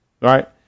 right